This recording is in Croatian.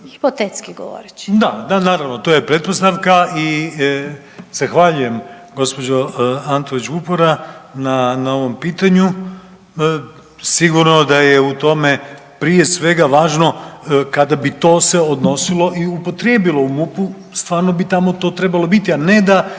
(Možemo!)** Da naravno, to je pretpostavka i zahvaljujem gospođo Antolić Vupora na ovom pitanju. Sigurno da je u tome prije svega važno kada bi to se odnosilo i upotrijebilo u MUP-u stvarno bi to tamo trebali biti, a ne da